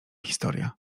historia